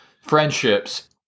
friendships